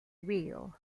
wheel